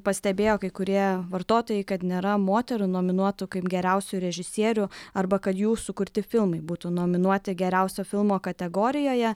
pastebėjo kai kurie vartotojai kad nėra moterų nominuotų kaip geriausių režisierių arba kad jų sukurti filmai būtų nominuoti geriausio filmo kategorijoje